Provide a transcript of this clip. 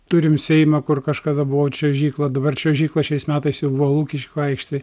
turim seimą kur kažkada buvo čiuožykla dabar čiuožykla šiais metais jau buvo lukiškių aikštėj